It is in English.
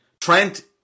Trent